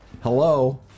Hello